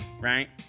right